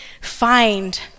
find